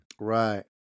Right